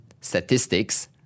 statistics